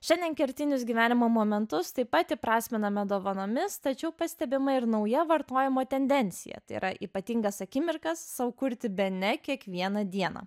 šiandien kertinius gyvenimo momentus taip pat įprasminame dovanomis tačiau pastebima ir nauja vartojimo tendencija tai yra ypatingas akimirkas sau kurti bene kiekvieną dieną